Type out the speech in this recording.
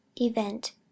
event